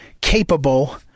capable